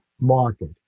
market